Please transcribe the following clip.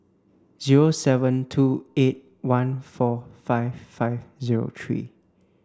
zero seven two eight one four five five zero three